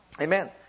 Amen